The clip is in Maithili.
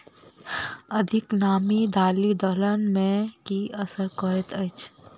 अधिक नामी दालि दलहन मे की असर करैत अछि?